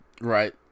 Right